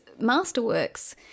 masterworks